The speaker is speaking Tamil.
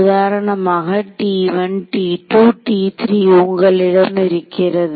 உதாரணமாக T1 T2 T3 உங்களிடம் இருக்கிறது